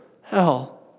hell